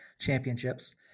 championships